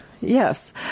yes